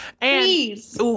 Please